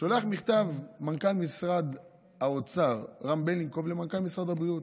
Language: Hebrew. שולח מנכ"ל משרד האוצר רם בלינקוב מכתב למנכ"ל משרד הבריאות.